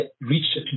reached